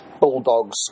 bulldogs